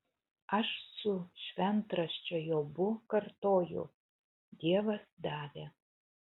aš su šventraščio jobu kartoju dievas davė